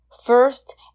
First